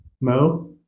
Mo